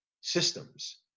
systems